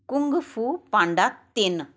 Kung Fu Panda ਤਿੰਨ